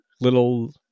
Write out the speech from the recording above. little